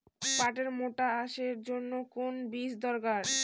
পাটের মোটা আঁশের জন্য কোন বীজ দরকার?